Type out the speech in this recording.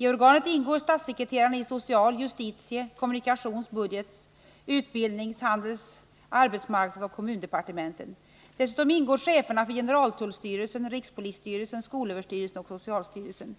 I organet ingår statssekreterarna i social-, justitie-, kommunikations-, budget-, utbildnings-, handels-, arbetsmarknadsoch kommundepartementen. Dessutom ingår cheferna för generaltullstyrelsen, rikspolisstyrelsen, skolöverstyrelsen och socialstyrelsen.